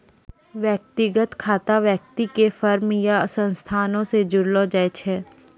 व्यक्तिगत खाता व्यक्ति के फर्म या संस्थानो से जोड़लो जाय छै